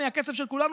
מהכסף של כולנו,